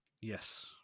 Yes